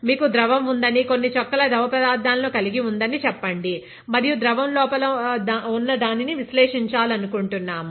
మీకు ద్రవం ఉందని కొన్ని చుక్కల ద్రవపదార్థాలను కలిగి ఉందని చెప్పండి మరియు ద్రవం లోపల ఉన్న దాన్ని విశ్లేషించాలనుకుంటున్నాము